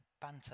banter